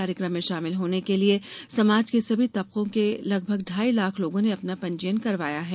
कार्यक्रम में शामिल होने के लिये समाज के सभी तबकों के लगभग ढाई लाख लोगों ने अपना पंजीयन करवाया है